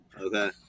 Okay